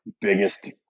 biggest